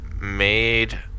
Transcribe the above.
made